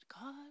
God